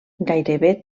gairebé